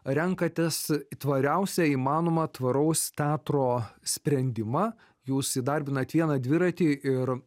renkatės tvariausią įmanomą tvaraus teatro sprendimą jūs įdarbinat vieną dviratį ir